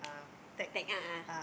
uh tag